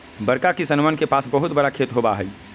बड़का किसनवन के पास बहुत बड़ा खेत होबा हई